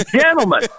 Gentlemen